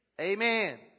Amen